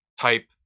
type